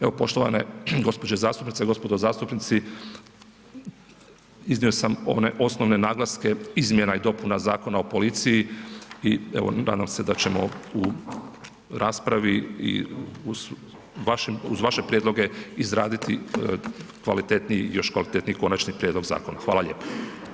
Evo poštovane gospođe zastupnice i gospodo zastupnici, iznio sam one osnovne naglaske izmjena i dopuna Zakona o policiji i evo nadam se da ćemo u raspravi i uz vaše prijedlog izraditi još kvalitetniji konačni prijedlog zakona, hvala lijepa.